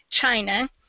China